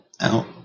out